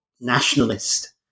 nationalist